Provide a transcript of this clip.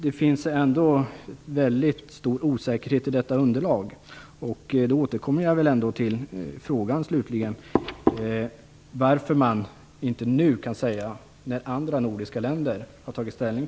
Det finns en mycket stor osäkerhet i detta underlag. Jag återkommer slutligen till frågan: Varför kan man inte ge besked nu, när andra nordiska länder har tagit ställning?